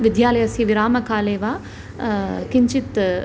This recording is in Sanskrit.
विद्यालयस्य विरामकाले वा किञ्चित्